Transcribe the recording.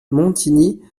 montigny